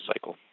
cycle